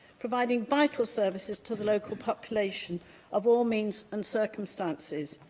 providing vital services to the local population of all means and circumstances.